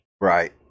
right